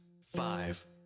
five